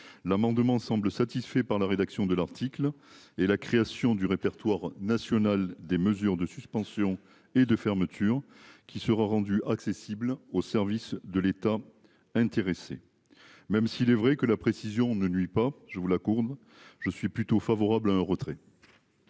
L'amendement semble satisfait par la rédaction de l'article et la création du répertoire national des mesures de suspension et de fermeture qui sera rendu accessible au service de l'État intéressé même s'il est vrai que la précision ne nuit pas, je vous la courbe. Je suis plutôt favorable à un retrait.